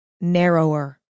narrower